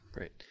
Right